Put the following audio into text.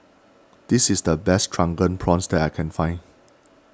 this is the best Drunken Prawns that I can find